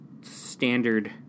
standard